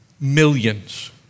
Millions